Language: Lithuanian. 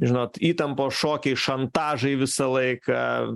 žinot įtampos šokiai šantažai visą laiką